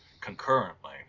concurrently